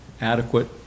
adequate